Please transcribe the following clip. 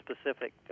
specific